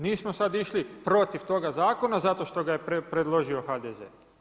Nismo sad išli protiv toga zakona, zato što ga je preložio HDZ.